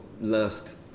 last